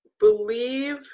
believe